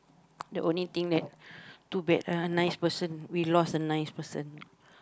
the only thing that too bad ah nice person we lost a nice person